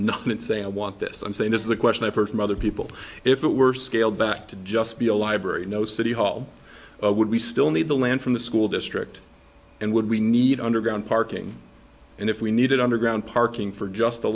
not saying i want this i'm saying this is a question i've heard from other people if it were scaled back to just be a library no city hall would we still need the land from the school district and would we need underground parking and if we needed underground parking for just